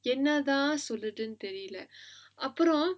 என்னாதான் சொல்றதுனு தெரில அப்புறம்:ennathaan sollradhunu therila appuram